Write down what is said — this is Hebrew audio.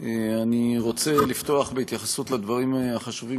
אני רוצה לפתוח בהתייחסות לדברים החשובים